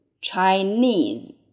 Chinese